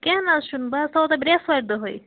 کیٚنٛہہ نہَ حظ چھُنہٕ بہٕ حظ سوز تۅہہِ برٛٮ۪سوارِ دۅہٕے